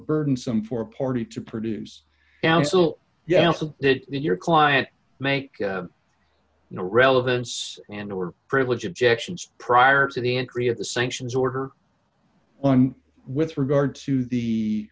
burdensome for a party to produce counsel yeah so did your client make no relevance and or privilege objections prior to the entry of the sanctions order on with regard to the